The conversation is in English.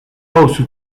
also